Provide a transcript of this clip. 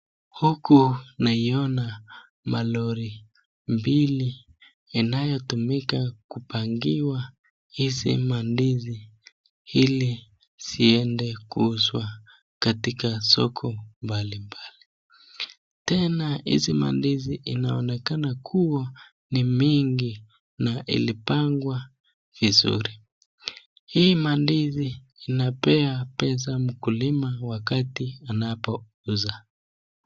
Huku naiona malori mbili yanoyutumika kupangiwa hizi mandizi ili ziende kuuzwa katika soko mbali mbali. Tena hizi mandizi inaonekana kuwa ni mingi na ilipangwa vizuri hii mandizi inapea pesa mkulima wakati anapouza.